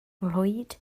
nghlwyd